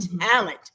talent